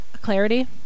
clarity